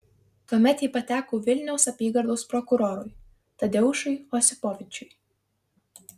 tuomet ji pateko vilniaus apygardos prokurorui tadeušui osipovičiui